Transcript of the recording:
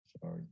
sorry